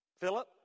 Philip